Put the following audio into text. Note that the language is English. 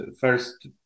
first